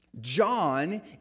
John